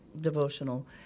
devotional